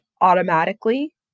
automatically